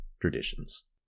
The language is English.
traditions